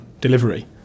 delivery